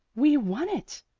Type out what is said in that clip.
we won it,